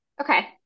Okay